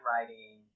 writing